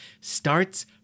starts